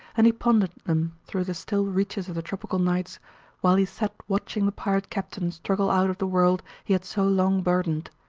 and he pondered them through the still reaches of the tropical nights while he sat watching the pirate captain struggle out of the world he had so long burdened.